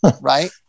Right